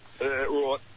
right